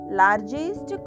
largest